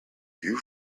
you